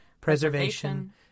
preservation